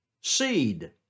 seed